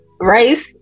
rice